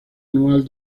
anual